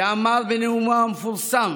שאמר בנאומו המפורסם